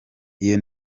iyo